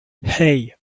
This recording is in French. hey